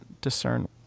discern